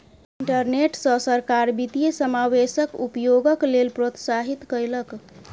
internet सॅ सरकार वित्तीय समावेशक उपयोगक लेल प्रोत्साहित कयलक